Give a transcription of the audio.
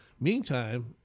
meantime